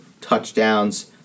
touchdowns